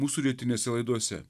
mūsų rytinėse laidose